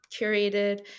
curated